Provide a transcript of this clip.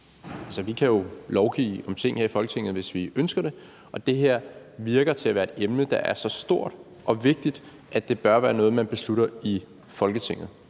Vi kan jo lovgive om ting her i Folketinget, hvis vi ønsker det, og det her virker til at være et emne, der er så stort og vigtigt, at det bør være noget, man beslutter i Folketinget.